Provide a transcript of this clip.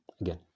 again